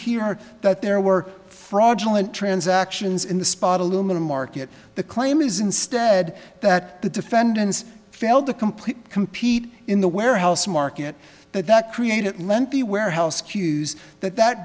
here that there were fraudulent transactions in the spot aluminum market the claim is instead that the defendants failed to complete compete in the warehouse market that that created it meant the warehouse queues that that